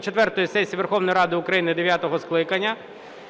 четвертої сесії Верховної Ради України дев’ятого скликання